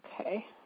okay